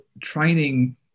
training